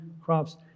crops